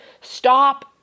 stop